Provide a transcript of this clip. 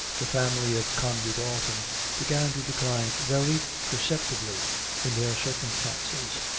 the family of condy dalton began to decline very perceptibly in their circumstances.